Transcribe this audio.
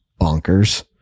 bonkers